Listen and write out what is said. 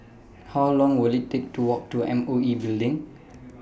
How Long Will IT Take to Walk to M O E Building